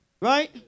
right